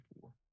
four